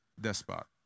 despot